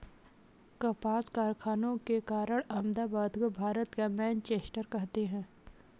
कपास कारखानों के कारण अहमदाबाद को भारत का मैनचेस्टर कहते हैं